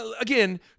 again